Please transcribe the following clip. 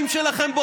כמה נאומים שמעת?